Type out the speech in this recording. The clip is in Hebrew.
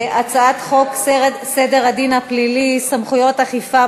הצעת חוק סדר הדין הפלילי (סמכויות אכיפה,